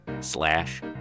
slash